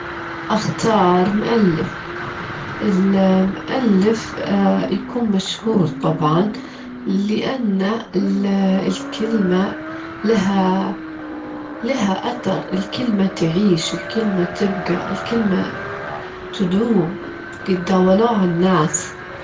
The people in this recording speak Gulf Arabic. أفضل إني أجرا كتاب، والكتاب يعطيني وجت أكبر للنفكير وللتخيل، وإني أتخيل القصة أكتر وأحط فيها عمج وتفاصيل، أجرا كتاب أحلى من إني أشاهد فيلم.